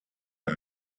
and